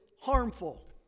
harmful